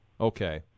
Okay